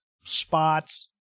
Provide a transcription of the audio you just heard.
spots